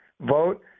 vote